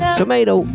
tomato